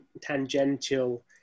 tangential